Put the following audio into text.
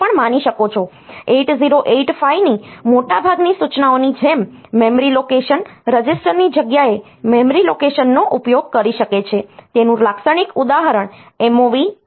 8085 ની મોટાભાગની સૂચનાઓની જેમ મેમરી લોકેશન રજીસ્ટરની જગ્યાએ મેમરી લોકેશનનો ઉપયોગ કરી શકે છે તેનું લાક્ષણિક ઉદાહરણ MOV MB છે